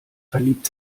verliebt